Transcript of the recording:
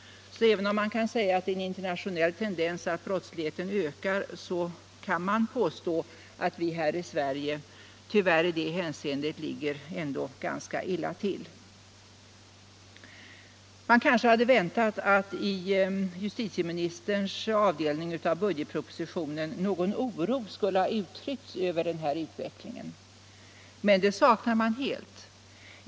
Även om det kan sägas att det är en internationell tendens att brottsligheten ökar kan man alltså påstå att vi här i Sverige ändå ligger ganska illa till i detta hänseende. Man hade kanske väntat sig att någon oro över denna utveckling skulle komma till uttryck i justitieministerns avdelning av budgetpropositionen. Men det saknas helt.